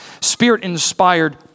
spirit-inspired